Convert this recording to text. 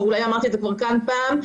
ואולי אמרתי את זה כבר כאן פעם,